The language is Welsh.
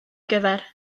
gyfer